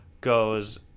goes